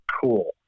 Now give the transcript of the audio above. cool